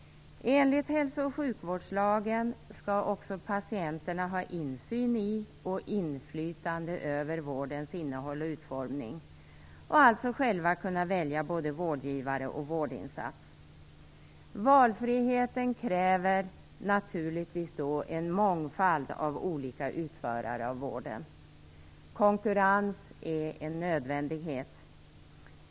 Enligt hälso och sjukvårdslagen skall också patienterna ha insyn i och inflytande över vårdens innehåll och utformning och alltså själva kunna välja både vårdgivare och vårdinsats. Valfriheten kräver naturligtvis en mångfald av olika utförare av vården. Konkurrens är en nödvändighet.